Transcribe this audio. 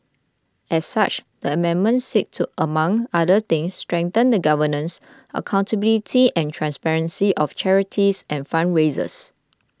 as such the amendments seek to among other things strengthen the governance accountability and transparency of charities and fundraisers